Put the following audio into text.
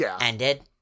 ended